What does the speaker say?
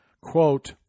quote